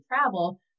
travel